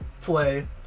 play